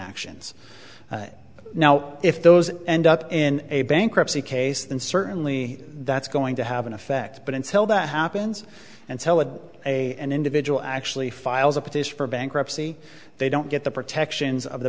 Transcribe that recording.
actions now if those end up in a bankruptcy case then certainly that's going to have an effect but until that happens until a a an individual actually files a petition for bankruptcy they don't get the protections of the